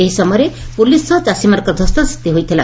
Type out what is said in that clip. ଏହି ସମୟରେ ପୁଲିସ୍ ସହ ଚାଷୀମାନଙ୍କର ଧସ୍ତାଧସ୍ତି ହୋଇଥିଲା